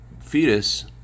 fetus